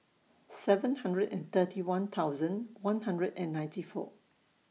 seven hundred and thirty one thousand one hundred and ninety four